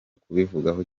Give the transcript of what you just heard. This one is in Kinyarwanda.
kubivugaho